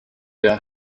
der